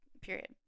period